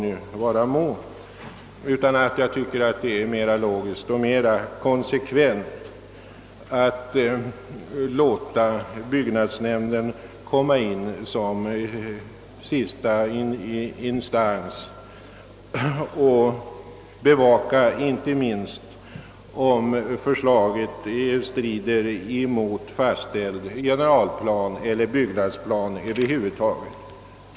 Jag tycker därför att det är mera logiskt och konsekvent att låta byggnadsnämnden komma in som sista instans för att bevaka, att förslaget icke strider mot fastställd generalplan eller byggnadsplan.